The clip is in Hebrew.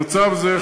במצב זה,